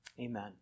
Amen